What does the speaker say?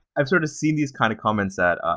i've sort of seen these kind of comments that